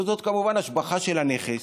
וזאת כמובן השבחה של הנכס,